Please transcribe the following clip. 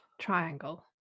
triangle